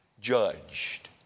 judged